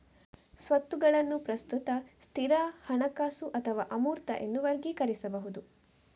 ಸ್ವತ್ತುಗಳನ್ನು ಪ್ರಸ್ತುತ, ಸ್ಥಿರ, ಹಣಕಾಸು ಅಥವಾ ಅಮೂರ್ತ ಎಂದು ವರ್ಗೀಕರಿಸಬಹುದು